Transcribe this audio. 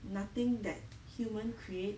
nothing that human create